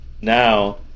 now